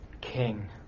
King